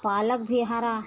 पालक भी हरा